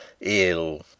Ill